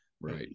Right